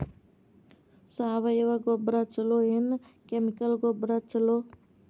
ಸಾವಯವ ಗೊಬ್ಬರ ಛಲೋ ಏನ್ ಕೆಮಿಕಲ್ ಗೊಬ್ಬರ ಛಲೋ?